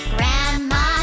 Grandma